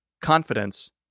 confidence